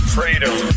Freedom